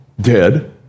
Dead